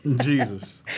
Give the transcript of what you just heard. Jesus